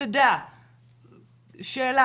תדע זו שאלה,